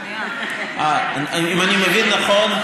אם אני מבין נכון,